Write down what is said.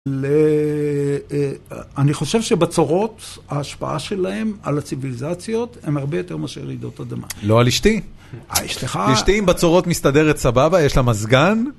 אני חושב שבצורות, ההשפעה שלהם על הציביליזציות הם הרבה יותר מאשר רעידות אדמה. לא על אשתי. אשתי עם בצורות מסתדרת סבבה, יש לה מזגן.